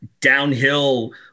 downhill